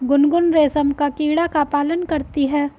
गुनगुन रेशम का कीड़ा का पालन करती है